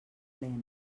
plena